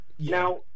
Now